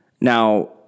Now